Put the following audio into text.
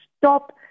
stop